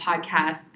podcast